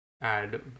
add